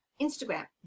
Instagram